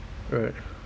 right